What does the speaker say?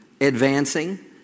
advancing